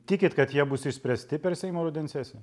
tikit kad jie bus išspręsti per seimo rudens sesiją